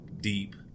deep